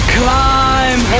climb